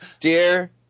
dear